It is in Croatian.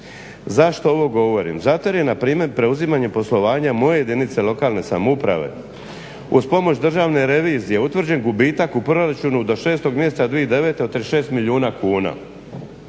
Zašto ovo govorim? Zato jer je npr. preuzimanje poslovanja moje jedinice lokalne samouprave uz pomoć Državne revizije utvrđen gubitak u proračunu do 6.mjeseca 2009.od 36 milijuna kuna.